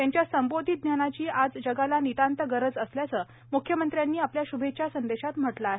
त्यांच्या संबोधी ज्ञानाची आज जगाला नितांत गरज असल्याचं म्ख्यमंत्र्यांनी या श्भेच्छा संदेशात म्हटलं आहे